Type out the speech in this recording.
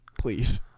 Please